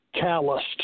calloused